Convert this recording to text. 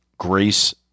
grace